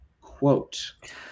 quote